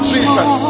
Jesus